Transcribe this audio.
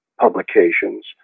publications